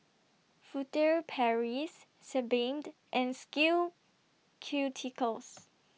Furtere Paris Sebamed and Skin Ceuticals